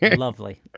yeah lovely.